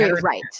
right